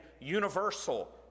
universal